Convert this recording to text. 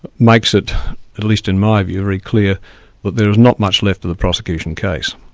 makes it at least in my view, very clear that there is not much left of the prosecution case,